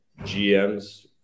GMs